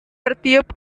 bertiup